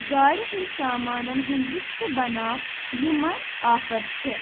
گاڑِ ہٕنٛدۍ سامانَن ہُنٛد لِسٹ بَناو یِمَن آفر چھےٚ